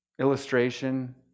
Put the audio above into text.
illustration